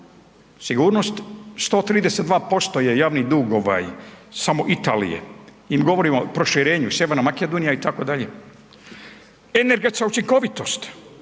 sigurnost 132% je javni dug ovaj samo Italije, mi govorimo o proširenju Sjeverna Makedonija itd. Energetska učinkovitost,